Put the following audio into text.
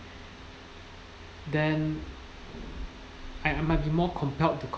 then I I might be more compelled to com~